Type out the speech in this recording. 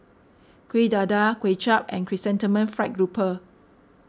Kuih Dadar Kuay Chap and Chrysanthemum Fried Grouper